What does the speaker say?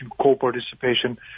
co-participation